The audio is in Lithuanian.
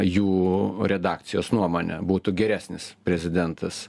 jų redakcijos nuomone būtų geresnis prezidentas